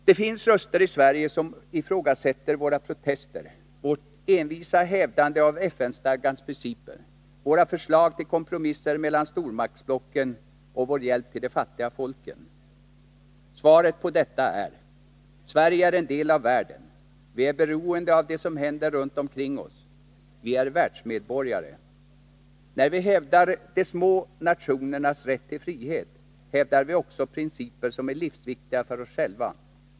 Det finns röster i Sverige som ifrågasätter våra protester, vårt envisa hävdande av FN-stadgans principer, våra förslag till kompromisser mellan stormaktsblocken och vår hjälp till de fattiga folken. Svaret på detta är: Sverige är en del av världen, vi är beroende av det som händer runt omkring oss. Vi är världsmedborgare. När vi hävdar de små nationernas rätt till frihet, hävdar vi också principer som är livsviktiga för oss själva.